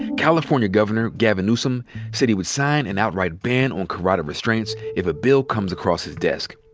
california governor gavin newsom said he would sign an outright ban on carotid restraints if a bill comes across his desk.